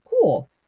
Cool